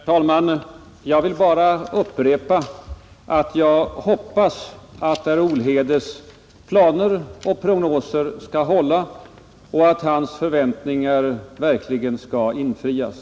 Herr talman! Jag vill bara upprepa att jag hoppas att herr Olhedes planer och prognoser skall hålla och att hans förväntningar verkligen kommer att infrias.